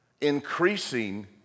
increasing